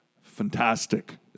fantastic